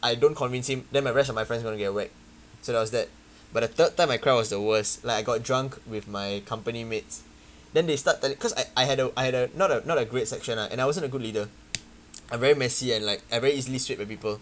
I don't convince him then my rest of my friends going to get whack so that was that but the third time I cried was the worst like I got drunk with my company mates then they start telling because I I had a I had a not a not a great section lah and I wasn't a good leader I'm very messy and like I very easily swayed by people